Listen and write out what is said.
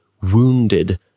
Wounded